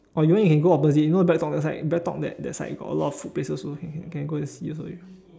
or you want you can go opposite you know breadtalk that side breadtalk that that side got a lot of food places also can go and see also you